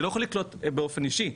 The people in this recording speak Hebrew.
אני לא יכול לקלוט באופן אישי,